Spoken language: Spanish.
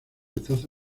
taza